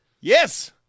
Yes